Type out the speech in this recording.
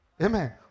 Amen